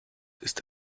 ist